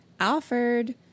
Alfred